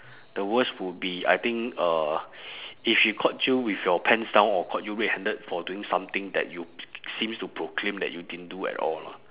the worst would be I think uh if she caught you with your pants down or caught you red handed for doing something that you seems to proclaim that you didn't do at all